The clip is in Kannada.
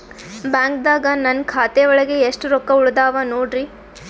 ಬ್ಯಾಂಕ್ದಾಗ ನನ್ ಖಾತೆ ಒಳಗೆ ಎಷ್ಟ್ ರೊಕ್ಕ ಉಳದಾವ ನೋಡ್ರಿ?